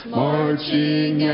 marching